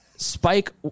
spike